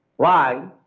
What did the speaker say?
why?